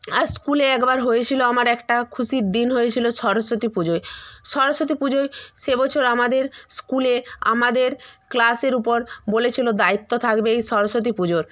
আর স্কুলে একবার হয়েছিলো আমার একটা খুশির দিন হয়েছিলো সরস্বতী পুজোয় সরস্বতী পুজোয় সে বছর আমাদের স্কুলে আমাদের ক্লাসের উপর বলেছিলো দায়িত্ব থাকবে এই সরস্বতী পুজোর